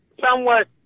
somewhat